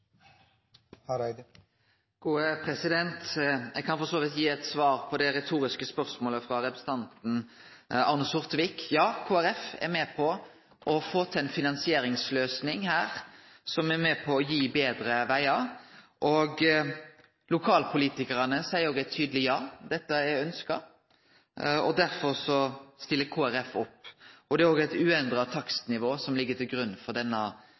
Eg kan for så vidt gi eit svar på det retoriske spørsmålet frå representanten Arne Sortevik. Ja, Kristeleg Folkeparti er med på å få til ei finansieringsløysing her som kan gi betre vegar. Lokalpolitikarane seier òg eit tydeleg ja; dette er ønskt. Derfor stiller Kristeleg Folkeparti opp. Det er eit uendra takstnivå som ligg til grunn for denne